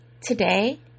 today